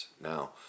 Now